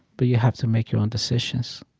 but you have to make your own decisions.